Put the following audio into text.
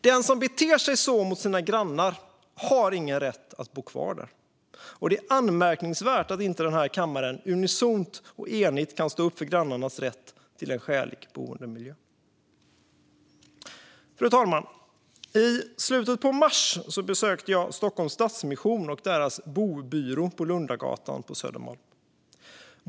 Den som beter sig så mot sina grannar har ingen rätt att bo kvar, och det är anmärkningsvärt att kammaren inte unisont kan stå upp för grannarnas rätt till en skälig boendemiljö. Fru talman! I slutet på mars besökte jag Stockholms Stadsmission och deras bobyrå på Lundagatan på Södermalm.